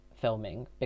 filming